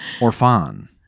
Orphan